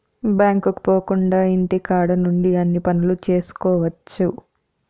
బ్యాంకుకు పోకుండా ఇంటికాడ నుండి అన్ని పనులు చేసుకోవచ్చు